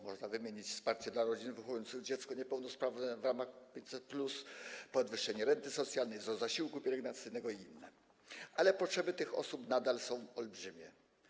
Można wymienić wsparcie dla rodzin wychowujących dziecko niepełnosprawne w ramach 500+, podwyższenie renty socjalnej, wzrost zasiłku pielęgnacyjnego i inne, ale potrzeby tych osób nadal są olbrzymie.